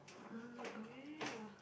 mm oh ya ya ya